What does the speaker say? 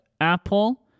Apple